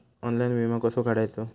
Online विमो कसो काढायचो?